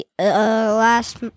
Last